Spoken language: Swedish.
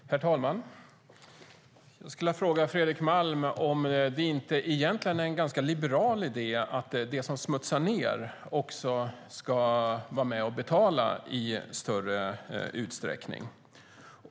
Herr talman! Jag skulle vilja fråga Fredrik Malm om det inte egentligen är en ganska liberal idé att de som smutsar ned också ska vara med och betala i större utsträckning.